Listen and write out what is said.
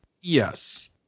yes